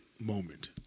Moment